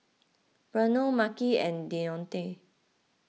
Bruno Makhi and Deonte